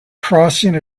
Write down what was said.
crossing